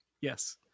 yes